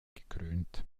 gekrönt